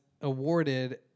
awarded